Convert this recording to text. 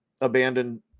abandoned